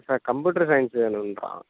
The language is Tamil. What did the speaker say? sir computer science வேணும்ன்றான்